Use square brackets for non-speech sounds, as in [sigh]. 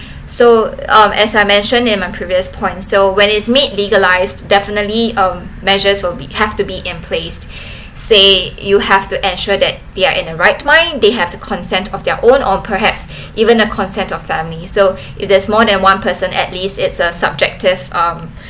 so um as I mentioned in my previous point so when it's made legalised definitely um measures will be have to be in placed say you have to ensure that they are in their right mind they have to consent of their own or perhaps [breath] even a concept of family so if there's more than one person at least it's a subjective um